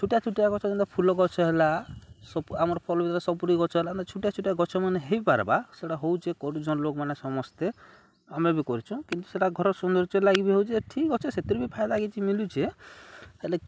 ଛୋଟିଆ ଛୋଟିଆ ଗଛ ଯେନ୍ତି ଫୁଲ ଗଛ ହେଲା ସବୁ ଆମର ଫଲ ଭିତ ସବୁରି ଗଛ ହେଲା ଏ ଛୋଟିଆ ଛୋଟିଆ ଗଛ ମେ ହେଇପାରବା ସେଟା ହଉଚେ କରୁ ଜନ୍ ଲୋକମାନେେ ସମସ୍ତେମେ ବି କରୁଚୁଁ କିନ୍ତୁ ସେଟା ଘର ସୌନ୍ଦର୍ଯ୍ୟ ଲାଗି ବି ହଉଚେ ଏ ଠିକ୍ ଗଛରେ ସେଥିରୁ ବି ଫାଇଦା ଲାଗି କିଛି ମିଲୁଚେ ହେଲେ